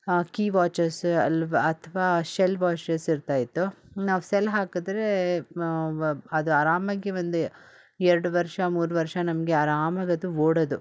key watches ಅಲ್ವ ಅಥವಾ cell watches ಇರ್ತಾಯಿತ್ತು ನಾವು ಸೆಲ್ ಹಾಕಿದ್ರೆ ಅದು ಆರಾಮಾಗಿ ಒಂದ ಎರಡು ವರ್ಷ ಮೂರು ವರ್ಷ ನಮಗೆ ಆರಾಮಾಗಿ ಅದು ಓಡೋದು